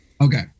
Okay